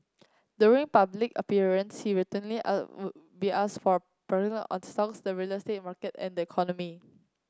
during public appearance he routinely be asked for on stocks the real estate market and the economy